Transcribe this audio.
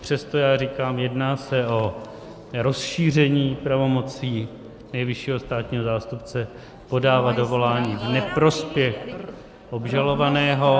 Přesto říkám, jedná se o rozšíření pravomocí nejvyššího státního zástupce podávat dovolání v neprospěch obžalovaného.